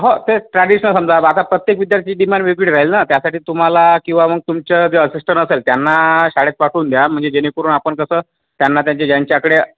हो ते ट्रॅडिशनल समजा आता प्रत्येक विद्यार्थी डिमान वेगवेगळी राहील ना त्यासाठी तुम्हाला किंवा मग तुमच्या जे अशिष्टन असेल त्यांना शाळेत पाठवून द्या म्हणजे जेणेकरून आपण कसं त्यांना त्यांचे ज्यांच्याकडे